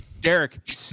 Derek